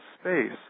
space